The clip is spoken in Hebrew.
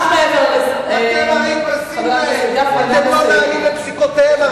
הרי אתם בזים להם, אתם לא נענים לפסיקותיהם.